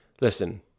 listen